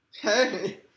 hey